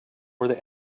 where